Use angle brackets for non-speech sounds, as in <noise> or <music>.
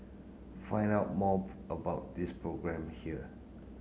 find out more <hesitation> about this new programme here